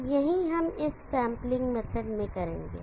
तो यही हम इस सेंपलिंग मेथड में करेंगे